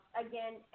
Again